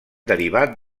derivat